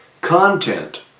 Content